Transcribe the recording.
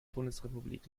bundesrepublik